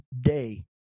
day